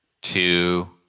two